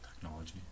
technology